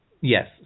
yes